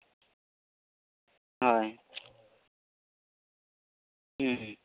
ᱦᱚᱭ ᱦᱩᱸ